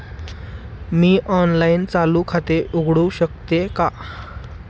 मी online चालू खाते उघडू शकते का?